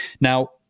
Now